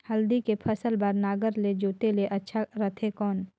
हल्दी के फसल बार नागर ले जोते ले अच्छा रथे कौन?